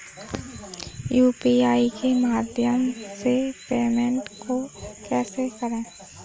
UPI के माध्यम से पेमेंट को कैसे करें?